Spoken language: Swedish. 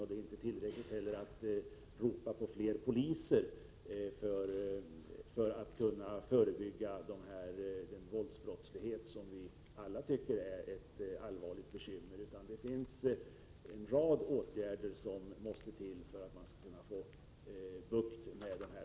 Inte heller är det tillräckligt att ropa på fler poliser, om man vill komma till rätta med den våldsbrottslighet som vi alla tycker är ett allvarligt bekymmer. En rad åtgärder måste vidtas för att man skall kunna få bukt med problemen.